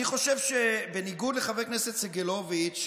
אני חושב שבניגוד לחבר הכנסת סגלוביץ',